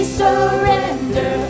surrender